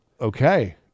Okay